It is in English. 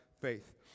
faith